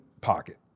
pocket